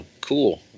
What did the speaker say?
cool